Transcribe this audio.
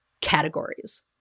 categories